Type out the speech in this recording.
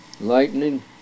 lightning